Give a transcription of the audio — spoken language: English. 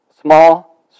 small